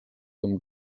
amb